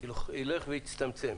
ילך ויצטמצם.